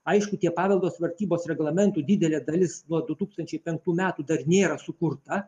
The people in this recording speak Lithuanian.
aišku tie paveldo tvarkybos reglamentų didelė dalis nuo du tūkstančiai penktų metų dar nėra sukurta